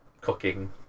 cooking